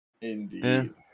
Indeed